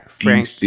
Frank